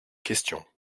questions